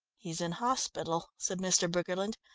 he's in hospital, said mr. briggerland.